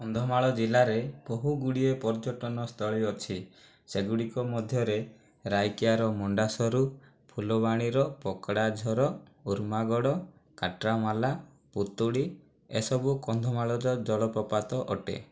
କନ୍ଧମାଳ ଜିଲ୍ଲାରେ ବହୁ ଗୁଡ଼ିଏ ପର୍ଯ୍ୟଟନ ସ୍ଥଳୀ ଅଛି ସେଗୁଡ଼ିକ ମଧ୍ୟରେ ରାଇକିଆର ମଣ୍ଡାସରୁ ଫୁଲବାଣୀର ପକଡ଼ା ଝର ଉର୍ମାଗଡ଼ କାଟ୍ରାମାଲା ପୁତୁଡ଼ି ଏ ସବୁ କନ୍ଧମାଳର ଜଳପ୍ରପାତ ଅଟେ